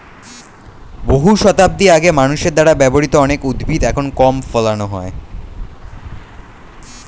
বহু শতাব্দী আগে মানুষের দ্বারা ব্যবহৃত অনেক উদ্ভিদ এখন কম ফলানো হয়